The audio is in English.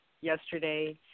yesterday